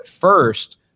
first